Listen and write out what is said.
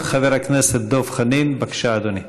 חבר הכנסת דב חנין, בבקשה, אדוני.